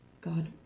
God